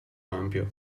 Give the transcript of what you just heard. ampio